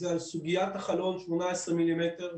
על סוגיית החלון 18 מילימטר,